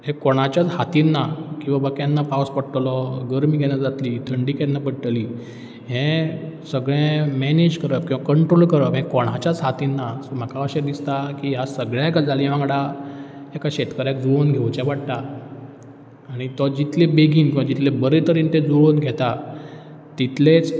हें कोणाच्याच हातीन ना की बाबा केन्ना पावस पडटलो गरमी केन्ना जातली थंडी केन्ना पडटली हें सगळें मॅनेज करप किंवां कंट्रोल करप हें कोणाच्याच हातीन ना सो म्हाका अशें दिसता की ह्या सगळ्यां गजाली वांगडा एका शेतकऱ्याक जुळोवन घेवचें पडटा आनी तो जितले बेगीन आनी जितले बरें तरेन तो जुळोवन घेता तितलेंच